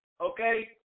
Okay